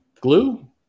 Glue